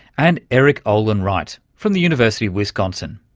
and erik olin wright from the university of wisconsin